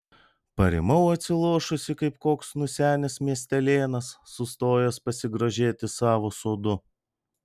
parimau atsilošusi kaip koks nusenęs miestelėnas sustojęs pasigrožėti savo sodu